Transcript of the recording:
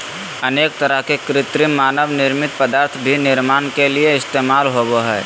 अनेक तरह के कृत्रिम मानव निर्मित पदार्थ भी निर्माण के लिये इस्तेमाल होबो हइ